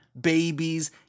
babies